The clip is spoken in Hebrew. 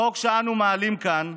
החוק שאנו מעלים כאן,